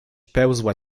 pełza